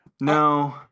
No